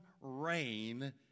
rain